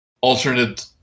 alternate